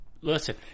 Listen